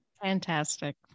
Fantastic